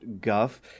guff